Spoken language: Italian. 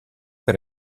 per